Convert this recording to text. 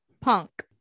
Punk